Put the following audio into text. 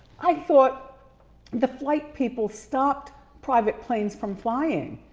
i thought the flight people stopped private planes from flying.